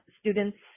students